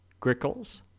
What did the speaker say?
Grickles